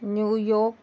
New York